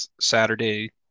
Saturday